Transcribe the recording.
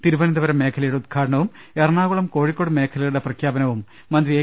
തിരുവന്തപുരം മേഖലയുടെ ഉദ്ഘാടനവും എറണാകുളം കോഴിക്കോട് മേഖലകളുടെ പ്രഖ്യാപനവും മന്ത്രി ഏ